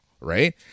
right